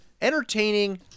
Entertaining